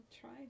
try